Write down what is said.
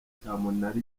cyamunara